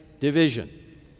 Division